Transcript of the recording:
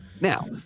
Now